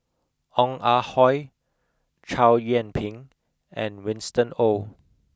Ong Ah Hoi Chow Yian Ping and Winston Oh